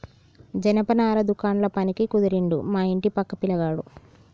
జనపనార దుకాండ్ల పనికి కుదిరిండు మా ఇంటి పక్క పిలగాడు